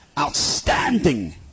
outstanding